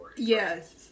Yes